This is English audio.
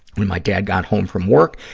when my dad got home from work,